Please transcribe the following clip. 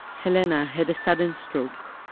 helena had a sudden stroke.